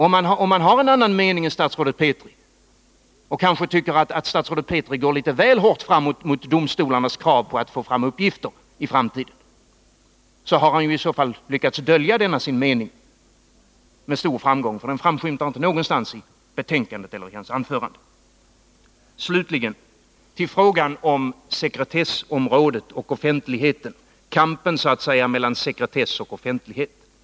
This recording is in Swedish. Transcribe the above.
Om han har en annan mening än statsrådet Petri och kanske tycker att statsrådet går litet väl hårt fram mot domstolarnas krav på att få fram uppgifter i framtiden, har Bertil Fiskesjö i så fall lyckats dölja denna sin mening med stor framgång, för den framskymtar inte någonstans i betänkandet eller i hans anförande. Slutligen till frågan om sekretessområdet och offentligheten — kampen mellan sekretess och offentlighet, så att säga.